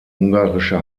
ungarische